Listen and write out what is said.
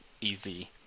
easy